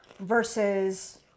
versus